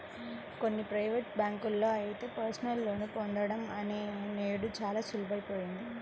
కొన్ని ప్రైవేటు బ్యాంకుల్లో అయితే పర్సనల్ లోన్ పొందడం నేడు చాలా సులువయిపోయింది